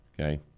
Okay